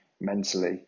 mentally